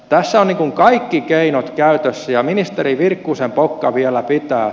tässä on kaikki keinot käytössä ja ministeri virkkusen pokka vielä pitää